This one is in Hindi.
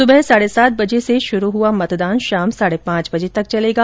सुबेह साढे सात बजे से शुरू हुआ मतदान शाम साढे पांच बजे तक चलेगा